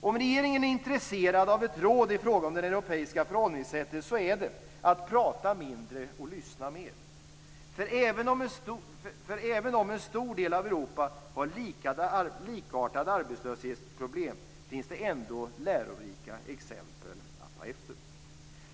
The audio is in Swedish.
Om regeringen är intresserad av ett råd i fråga om det europeiska förhållningssättet är det att prata mindre och lyssna mer, för även om en stor del av Europa har likartade arbetslöshetsproblem finns det ändå lärorika exempel att ta efter.